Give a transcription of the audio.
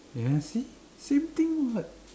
ya see same thing [what]